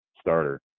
starter